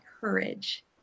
Courage